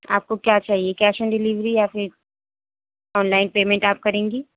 آپ کو کیا چاہیے کیش آن ڈلیوری یا پھر آنلائن پیمنٹ آپ کریں گی